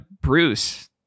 Bruce